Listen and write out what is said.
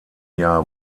jahr